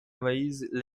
moïse